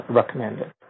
recommended